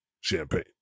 champagne